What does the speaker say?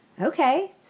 Okay